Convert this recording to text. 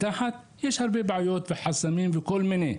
מתחת יש הרבה בעיות, חסמים וכל מיני.